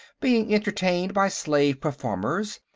being entertained by slave performers,